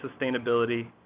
sustainability